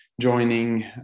joining